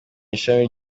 ishami